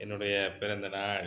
என்னுடைய பிறந்தநாள்